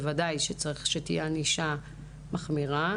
בוודאי שצריך שתהיה ענישה מחמירה.